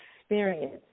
experience